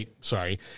sorry